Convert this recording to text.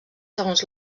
segons